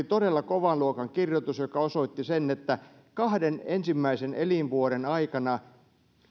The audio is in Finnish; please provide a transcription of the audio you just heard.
todella kovan luokan kirjoitus joka osoitti sen että kahden ensimmäisen elinvuoden aikana